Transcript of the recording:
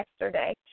yesterday